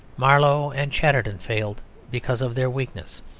marlowe and chatterton failed because of their weakness.